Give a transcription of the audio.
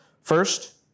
First